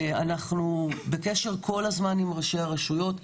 אנחנו בקשר כל הזמן עם ראשי הרשויות.